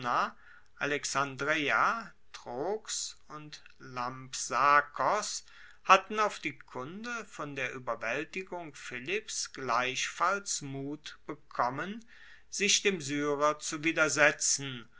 alexandreia trogs und lampsakos hatten auf die kunde von der ueberwaeltigung philipps gleichfalls mut bekommen sich dem syrer zu widersetzen